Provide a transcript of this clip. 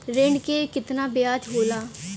ऋण के कितना ब्याज होला?